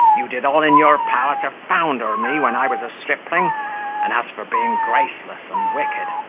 you did all in your power to founder me when i was a stripling and as for being graceless and wicked,